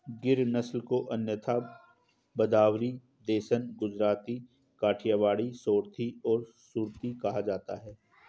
गिर नस्ल को अन्यथा भदावरी, देसन, गुजराती, काठियावाड़ी, सोरथी और सुरती कहा जाता है